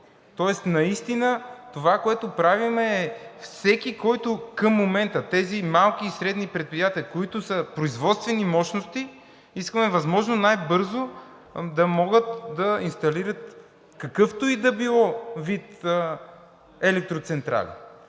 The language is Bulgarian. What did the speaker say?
точно. Наистина това, което правим, е всеки, който към момента, тези малки и средни предприятия, които са производствени мощности, искаме възможно най-бързо да могат да инсталират какъвто и да било вид електроцентрали.